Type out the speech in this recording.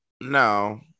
No